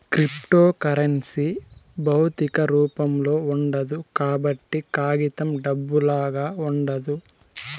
cryptocurrency భౌతిక రూపంలో ఉండదు కాబట్టి కాగితం డబ్బులాగా ఉండదు